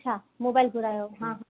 अछा मोबाइल घुरायो हो हा